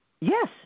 Yes